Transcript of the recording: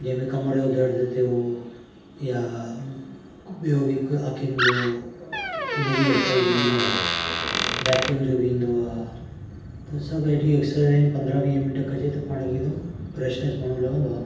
जे बि कमर ओ दर्द थियो या ॿियो बि हिकु अखियुनि जो उन जूं एक्सरसाइज़ ईंदी आहे बैक पेन जो बि ईंदो आहे त सभु हेॾी एक्सरसाइज़ आहिनि पंदरहां वीह मिंटु कजे त पाण खे त फ्रैशनैस वांगुरु लॻंदो आहे